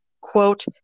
quote